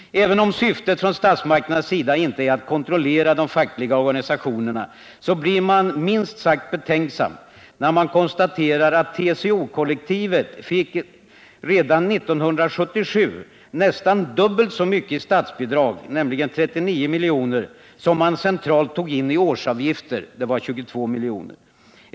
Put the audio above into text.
Även om syftet från statsmakternas sida inte är att kontrollera de fackliga organisationerna, så blir man minst sagt betänksam när man konstaterar att TCO-kollektivet redan 1977 fick nästan dubbelt så mycket i statsbidrag som man centralt tog in i årsavgifter .